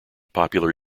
popular